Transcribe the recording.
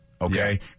Okay